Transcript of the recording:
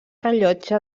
rellotge